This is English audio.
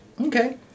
Okay